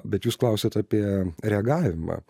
bet jūs klausiat apie reagavimą